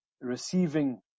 receiving